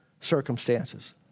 circumstances